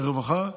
ברווחה,